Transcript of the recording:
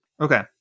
Okay